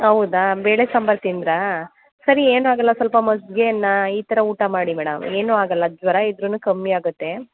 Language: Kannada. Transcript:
ಹೌದಾ ಬೇಳೆ ಸಾಂಬಾರು ತಿಂದರಾ ಸರಿ ಏನು ಆಗಲ್ಲ ಸ್ವಲ್ಪ ಮಜ್ಜಿಗೆ ಅನ್ನ ಈ ಥರ ಊಟ ಮಾಡಿ ಮೇಡಮ್ ಏನು ಆಗಲ್ಲ ಜ್ವರ ಇದ್ದರುನು ಕಮ್ಮಿ ಆಗುತ್ತೆ